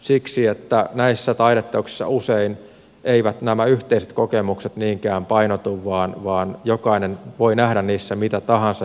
siksi että näissä taideteoksissa usein eivät nämä yhteiset kokemukset niinkään painotu vaan jokainen voi nähdä niissä mitä tahansa